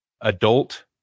adult